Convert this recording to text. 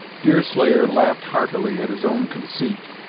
deerslayer laughed heartily at his own conceit,